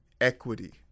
equity